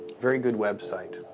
very good website.